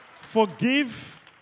Forgive